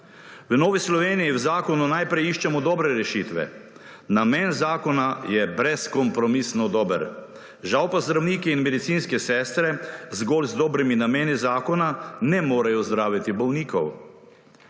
V Novi Sloveniji v zakonu najprej iščemo dobre rešitve. Namen zakona je brezkompromisno dober. Žal pa zdravniki in medicinske sestre zgolj z dobrimi nameni zakona ne morejo zdraviti bolnikov.